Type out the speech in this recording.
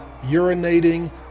urinating